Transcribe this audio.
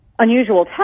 unusual